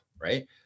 Right